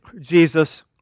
Jesus